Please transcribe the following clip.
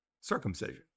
Circumcision